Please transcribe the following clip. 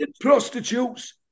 prostitutes